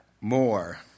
more